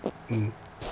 mm